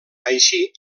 així